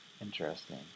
Interesting